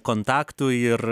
kontaktų ir